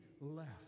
left